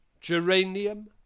geranium